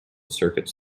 circuits